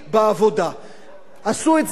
עשו את זה גם במקומות נוספים.